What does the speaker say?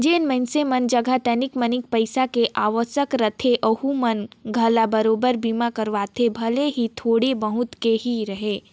जेन मइनसे मन जघा तनिक मनिक पईसा के आवक रहथे ओहू मन घला बराबेर बीमा करवाथे भले ही थोड़ा बहुत के ही रहें